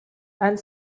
and